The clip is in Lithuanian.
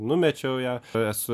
numečiau ją esu